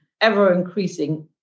ever-increasing